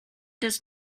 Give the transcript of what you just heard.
does